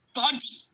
body